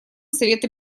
совета